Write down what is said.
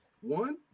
One